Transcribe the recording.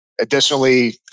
Additionally